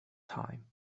time